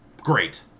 great